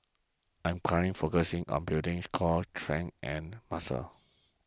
I'm current focusing on building core strength and muscle